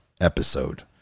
episode